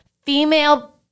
female